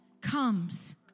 comes